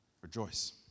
rejoice